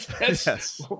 Yes